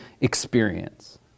experience